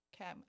Okay